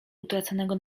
utraconego